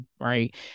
right